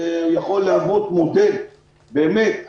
שיכול להוות באמת מודל לאחרים,